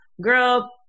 Girl